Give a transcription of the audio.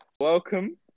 Welcome